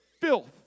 filth